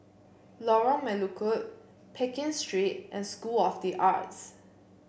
Lorong Melukut Pekin Street and School of the Arts